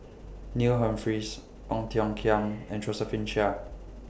Neil Humphreys Ong Tiong Khiam and Josephine Chia